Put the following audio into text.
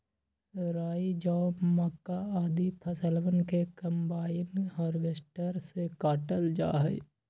राई, जौ, मक्का, आदि फसलवन के कम्बाइन हार्वेसटर से काटल जा हई